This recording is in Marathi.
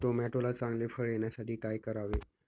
टोमॅटोला चांगले फळ येण्यासाठी काय करावे?